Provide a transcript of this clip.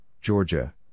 Georgia